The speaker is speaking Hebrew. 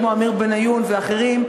כמו עמיר בניון ואחרים,